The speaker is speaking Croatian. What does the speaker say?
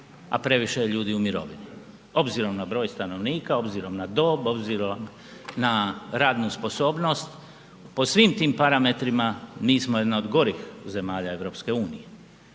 a previše je ljudi u mirovini obzirom na broj stanovnika, obzirom na dob, obzirom na radnu sposobnost po svim tim parametrima, mi smo jedna od gorih zemalja EU-a.